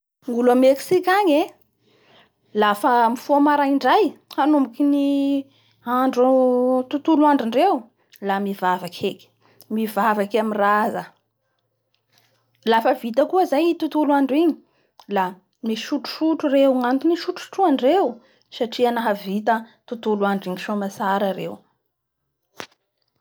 Gnolo a Mexique agny e, lafa mifoha maraindray hanomboky ny andro tontolo androndreo a mivavaky heky mivavaky amin'ny raza. Lafa vita koa zay i tontono andro igny a misotrosotro reo ny antony isotrosotrondreo satria nahavita tontolo andro igny soamatsara reo